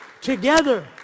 together